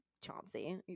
Chauncey